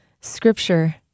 Scripture